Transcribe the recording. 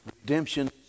Redemption